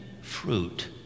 fruit